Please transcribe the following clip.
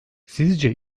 sizce